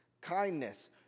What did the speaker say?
kindness